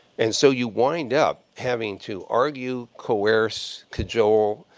and so you wind up having to argue, coerce, cajole,